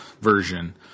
version